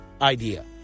idea